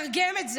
שיתרגם את זה,